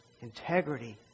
integrity